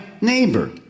neighbor